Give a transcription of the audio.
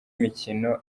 mikino